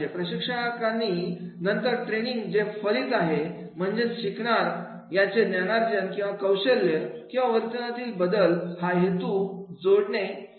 प्रशिक्षकांनी नंतर ट्रेनिंग जे फलित आहे म्हणजेच शिकणार यांचे ज्ञानार्जन किंवा कौशल्य किंवा वर्तनातील बदल हा हेतू बरोबर जोडणे गरजेचे आहे